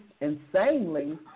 insanely